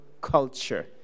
culture